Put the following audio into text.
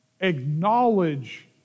acknowledge